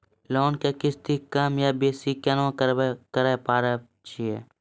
Loan के किस्ती कम या बेसी केना करबै पारे छियै?